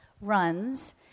runs